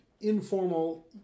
informal